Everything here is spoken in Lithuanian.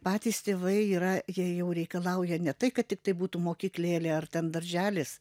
patys tėvai yra jie jau reikalauja ne tai kad tiktai būtų mokyklėlė ar ten darželis